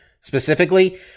specifically